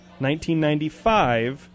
1995